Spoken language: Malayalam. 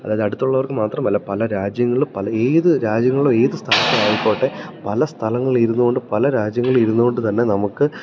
അതായത് അടുത്തുള്ളവർക്കു മാത്രമല്ല പല രാജ്യങ്ങളിലും പല ഏതു രാജ്യങ്ങളിലും ഏത് സ്ഥലത്തായിക്കോട്ടെ പല സ്ഥലങ്ങളില് ഇരുന്നുകൊണ്ട് പല രാജ്യങ്ങളില് ഇരുന്നുകൊണ്ടുതന്നെ നമുക്ക്